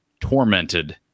tormented